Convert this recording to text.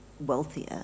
wealthier